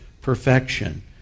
perfection